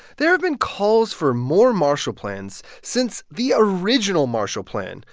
there have been calls for more marshall plans since the original marshall plan,